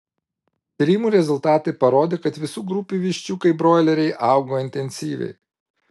tyrimų rezultatai parodė kad visų grupių viščiukai broileriai augo intensyviai